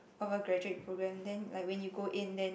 about graduate program then I when you go in then